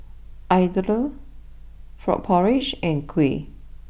Idly Frog Porridge and Kuih